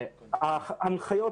ההנחיות,